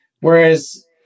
Whereas